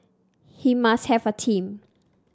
he must have a team